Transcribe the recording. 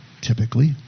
typically